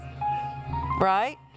Right